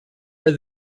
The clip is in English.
are